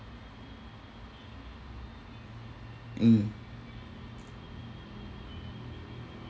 mm